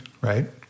Right